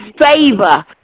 favor